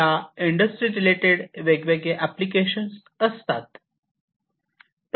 या industry related वेगवेगळे applications असतात